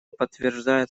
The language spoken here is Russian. подтверждает